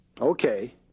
Okay